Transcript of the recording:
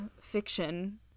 fiction